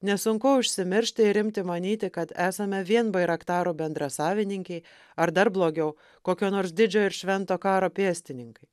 nesunku užsimiršti ir imti manyti kad esame vien bairaktaro bendrasavininkiai ar dar blogiau kokio nors didžio ir švento karo pėstininkai